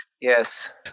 Yes